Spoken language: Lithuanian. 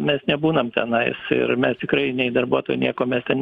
mes nebūnam tenais ir mes tikrai nei darbuotojų niekuo mes ten